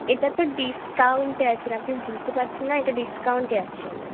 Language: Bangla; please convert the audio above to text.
এটা তো ডিসকাউন্টে আছে আপনি বুঝতে পারছেন না এটা ডিসকাউন্টে আছেন